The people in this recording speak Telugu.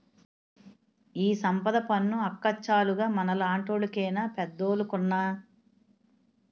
ఈ సంపద పన్ను అక్కచ్చాలుగ మనలాంటోళ్లు కేనా పెద్దోలుకున్నా